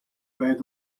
bed